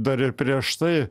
dar ir prieš tai